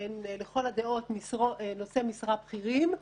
שהם לכל הדעות נושאי משרה בכירים,